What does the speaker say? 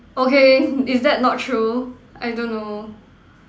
okay is that not true I don't know